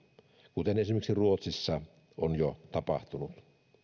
kuten esimerkiksi ruotsissa on jo tapahtunut